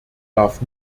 darf